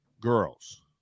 girls